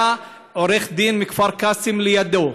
היה עורך דין מכפר קאסם לידו.